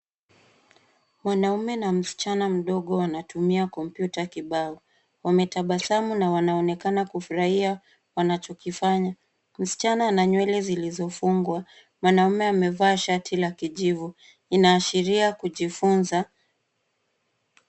Mwanaume na msichana mdogo wanatumia kompyuta kibao. Wametabasamu na wanaonekana kufurahia wanachokifanya. Msichana na nywele zilizofungwa, mwanamume amevaa shati la kijivu. Inaashiria kujifunza,